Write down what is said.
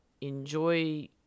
enjoy